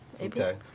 Okay